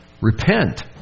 repent